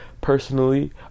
personally